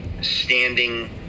standing